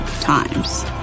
times